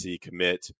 commit